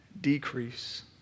decrease